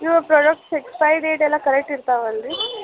ಇವು product expiry date ಎಲ್ಲ correct ಇರ್ತಾವ ಅಲ್ರಿ